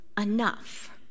enough